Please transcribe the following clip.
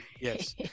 Yes